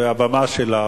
והבמה שלה,